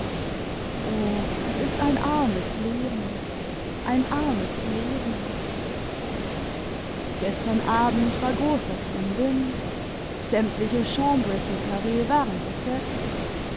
o es ist ein armes leben ein armes leben gestern abtod war großer kumbim sämtliche chambres spares waren besetzt